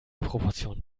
proportionen